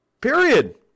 Period